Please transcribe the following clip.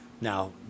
Now